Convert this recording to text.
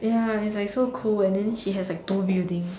ya its like so cool and than she has like Duo buildings